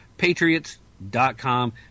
Patriots.com